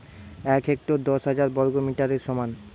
এক হেক্টর দশ হাজার বর্গমিটারের সমান